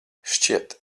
šķiet